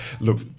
look